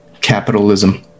Capitalism